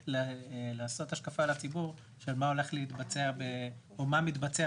לעשות השקפה לציבור של מה הולך להתבצע או מה מתבצע